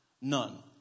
none